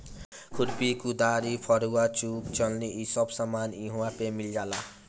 खुरपी, कुदारी, फरूहा, सूप चलनी इ सब सामान इहवा पे मिल जाला